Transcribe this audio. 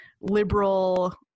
liberal